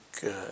good